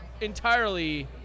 entirely